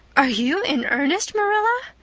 are you in earnest, marilla?